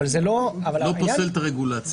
אבל זה לא פוסל את הרגולציה,